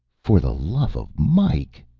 for the love of mike!